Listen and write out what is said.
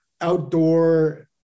outdoor